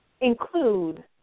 include